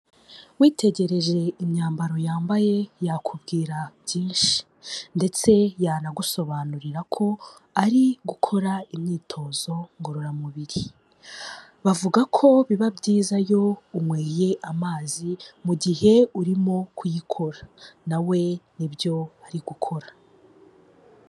Witegereje imyambaro yambaye yakubwira byinshi, ndetse yanagusobanurira ko ari gukora imyitozo ngororamubiri. Bavuga ko biba byiza iyo unyweye amazi mu gihe urimo kuyikora na we nibyo ari gukora.